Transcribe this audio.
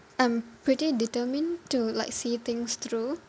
I'm pretty determined to like see things through